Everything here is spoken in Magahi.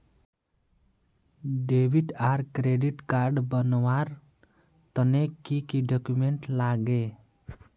डेबिट आर क्रेडिट कार्ड बनवार तने की की डॉक्यूमेंट लागे?